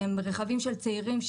שהם רכבים של צעירים,